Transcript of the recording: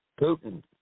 Putin